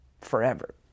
forever